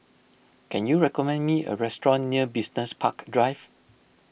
can you recommend me a restaurant near Business Park Drive